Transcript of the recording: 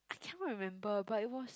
cannot remember but it was